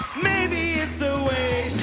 maybe it's the way